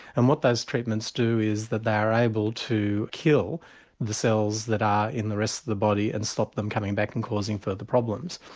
and what those treatments do is that they are able to kill the cells that are in the rest of the body and stop them coming back and causing further problems.